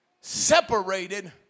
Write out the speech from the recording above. separated